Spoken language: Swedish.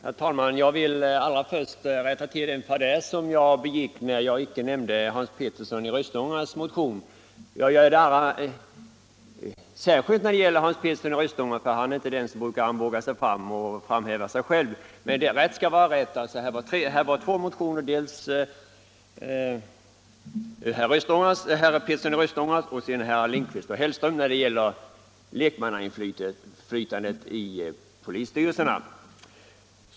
Herr talman! Jag vill allra först rätta till en fadäs, som jag gjorde när jag inte nämnde Hans Peterssons i Röstånga motion. Jag vill gärna nämna den, eftersom Hans Petersson inte är den som armbågar sig fram och framhäver sig själv. Rätt skall vara rätt. Det finns två motioner, dels motionen av herr Petersson i Röstånga, dels motionen av herrar Lindkvist och Hellström, när det gäller lekmannainflytandet i polisstyrelserna.